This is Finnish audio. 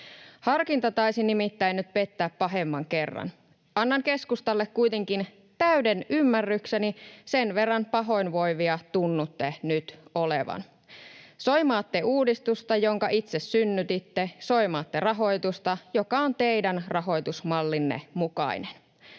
Harkinta taisi nimittäin nyt pettää pahemman kerran. Annan keskustalle kuitenkin täyden ymmärrykseni, sen verran pahoinvoivia tunnutte nyt olevan. Soimaatte uudistusta, jonka itse synnytitte. Soimaatte rahoitusta, joka on teidän rahoitusmallinne mukainen.